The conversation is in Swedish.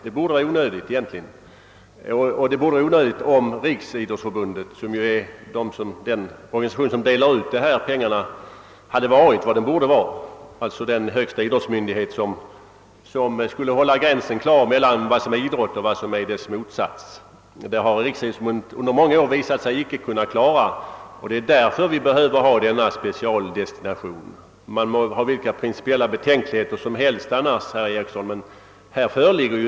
Och det skulle också vara fallet om Riksidrottsförbundet, som är den organisation som delar ut medlen, fungerar som den borde göra, d.v.s. som den högsta idrottsmyndigheten med uppgift att hålla gränsen klar mellan vad som är idrott och dess motsats. Under många år har Riksidrottsförbundet visat sin oförmåga att klara av denna uppgift, och därför behövs denna specialdestination av medlen. Man må för övrigt hysa vilka principiella betänkligheter som helst, herr ett behov av specialdestination.